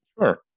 Sure